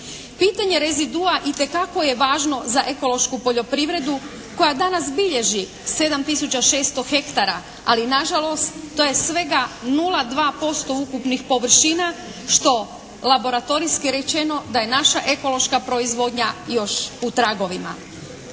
Pitanje rezidua itekako je važno za ekološku poljoprivredu koja danas bilježi 7 tisuća 600 hektara. Ali nažalost to je svega 0,2% ukupnih površina što laboratorijski rečeno da je naša ekološka proizvodnja još u tragovima.